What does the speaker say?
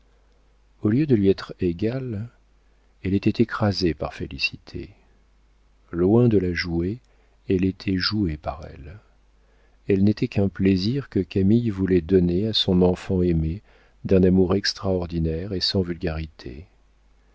au lieu de lui être égale elle était écrasée par félicité loin de la jouer elle était jouée par elle elle n'était qu'un plaisir que camille voulait donner à son enfant aimé d'un amour extraordinaire et sans vulgarité